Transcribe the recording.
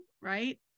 right